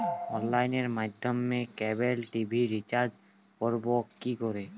অনলাইনের মাধ্যমে cable TV recharge করব কি করে?